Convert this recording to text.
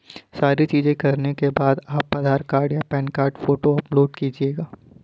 सारी चीजें करने के बाद आप आधार कार्ड या पैन कार्ड फोटो अपलोड कीजिएगा